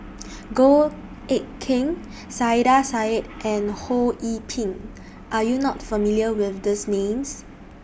Goh Eck Kheng Saiedah Said and Ho Yee Ping Are YOU not familiar with These Names